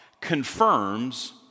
confirms